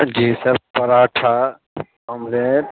G sir paratha omelette